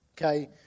Okay